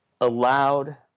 allowed